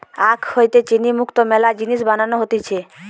আখ হইতে চিনি যুক্ত মেলা জিনিস বানানো হতিছে